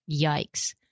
Yikes